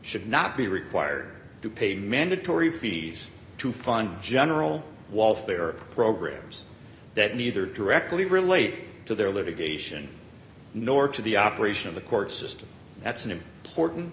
should not be required to pay mandatory fees to fund general walther programs that neither directly relate to their litigation nor to the operation of the court system that's an important